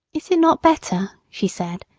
is it not better, she said,